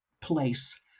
place